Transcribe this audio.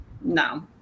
no